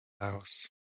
House